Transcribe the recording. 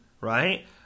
right